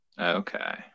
Okay